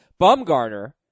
Bumgarner